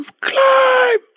climb